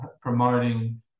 promoting